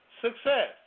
success